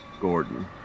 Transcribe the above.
Gordon